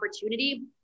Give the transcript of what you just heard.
opportunity